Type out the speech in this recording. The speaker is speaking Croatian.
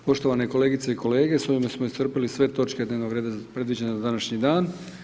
Poštovane kolegice i kolege, s ovime smo iscrpili sve točke dnevnog reda predviđene za današnji dan.